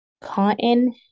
Cotton